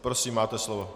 Prosím, máte slovo.